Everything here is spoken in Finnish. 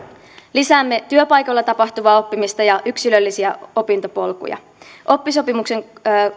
lisäämme työpaikalla tapahtuvaa oppimista ja yksilöllisiä opintopolkuja